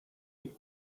die